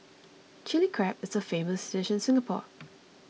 Chilli Crab is a famous dish in Singapore